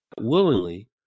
willingly